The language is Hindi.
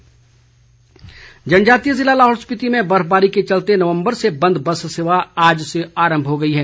बस सेवा जनजातीय ज़िला लाहौल स्पिति में बर्फबारी के चलते नवम्बर से बंद बस सेवा आज से आरंभ हो गई है